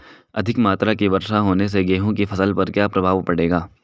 अधिक मात्रा की वर्षा होने से गेहूँ की फसल पर क्या प्रभाव पड़ेगा?